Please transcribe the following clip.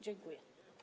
Dziękuję.